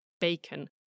Bacon